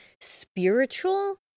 spiritual